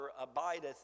abideth